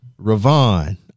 Ravon